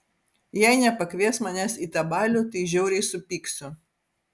jei nepakvies manęs į tą balių tai žiauriai supyksiu